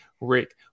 Rick